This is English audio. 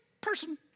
person